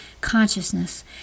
consciousness